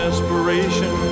Desperation